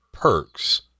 perks